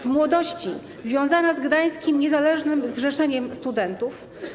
W młodości była związana z gdańskim Niezależnym Zrzeszeniem Studentów.